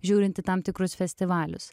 žiūrint į tam tikrus festivalis